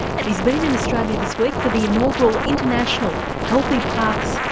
and he's been in australia this week for the inaugural international healthy parks,